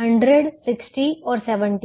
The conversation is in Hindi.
100 60 और 70 हैं